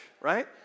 right